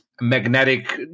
magnetic